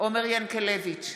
עומר ינקלביץ'